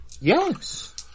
Yes